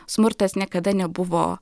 smurtas niekada nebuvo